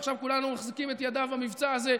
שעכשיו כולנו מחזקים את ידיו במבצע הזה,